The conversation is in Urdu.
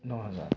نو ہزار